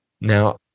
Now